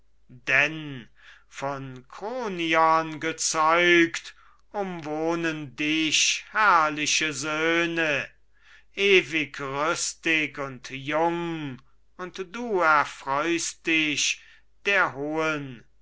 denn von kronion gezeugt umwohnen dich herrliche söhne ewig rüstig und jung und du erfreust dich der hohen